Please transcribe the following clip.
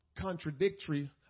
contradictory